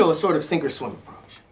so sort of sink or swim approach.